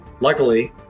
Luckily